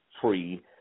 free